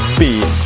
be